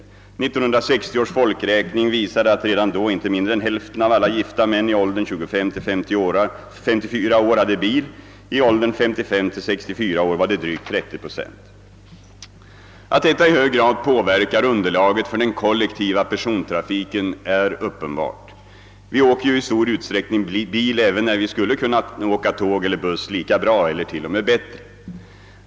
1960 års folkräkning visade att redan då inte mindre än hälften av alla gifta män i åldern 25—54 år hade bil. I åldern 55— 64 år var det drygt 30 procent. Att detta i hög grad påverkar underlaget för den kollektiva persontrafiken är uppenbart. Vi åker ju i stor utsträckning bil även när vi skulle kunna åka tåg eller buss lika bra eller t.o.m. bättre.